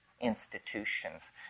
institutions